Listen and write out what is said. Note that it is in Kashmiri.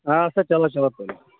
آسا چَلو چَلو تُلِو